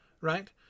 right